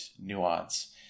nuance